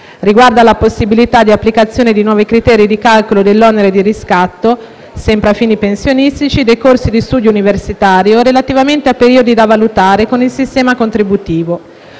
Riguardo alla possibilità di applicazione di nuovi criteri di calcolo dell'onere di riscatto (sempre a fini pensionistici) dei corsi di studio universitario, relativamente a periodi da valutare con il sistema contributivo,